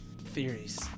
theories